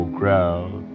crowd